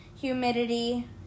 humidity